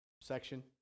section